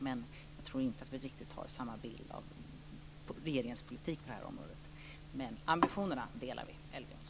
Jag tror inte att vi riktigt har samma bild av regeringens politik på området. Men vi delar ambitionerna,